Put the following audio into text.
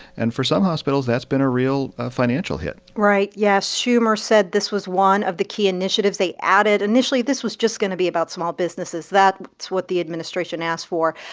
and for some hospitals, that's been a real financial hit right, yes. schumer said this was one of the key initiatives they added. initially, this was just going to be about small businesses. that's what the administration asked for.